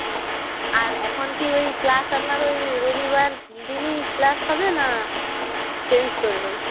হুম আর এখন কি ওই ক্লাস আপনার ওই রবিবার দিনই ক্লাস হবে না চেঞ্জ করবেন